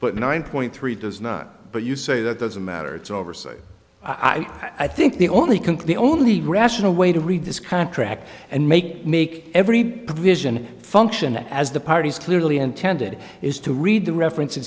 but nine point three does not but you say that doesn't matter it's over so i think the only complete only rational way to read this contract and make make every provision function as the parties clearly intended is to read the reference